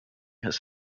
his